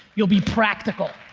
you'll be practical.